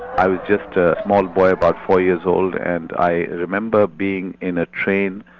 i was just a small boy, about four years old, and i remember being in a train,